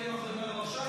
כי הם אחראים לרבש"צים,